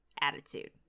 attitude